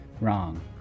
wrong